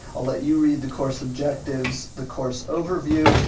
i'll let you read the course objectives, the course overview.